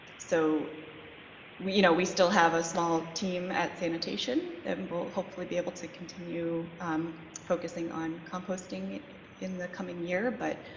so we, you know, we still have a small team at sanitation and will hopefully be able to continue focusing on composting in the coming year, but